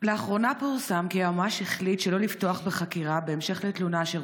לאחרונה פורסם כי היועמ"ש החליט שלא לפתוח בחקירה בהמשך לתלונה אשר